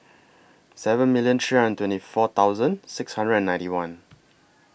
seven million three hundred and twenty four six hundred and ninety one